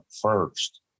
first